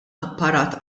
apparat